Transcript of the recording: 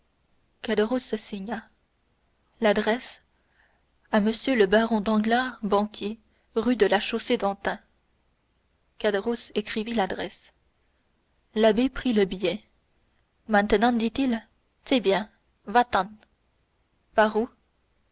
donc caderousse signa l'adresse à monsieur le baron danglars banquier rue de la chaussée-d'antin caderousse écrivit l'adresse l'abbé prit le billet maintenant dit-il c'est bien va-t'en par où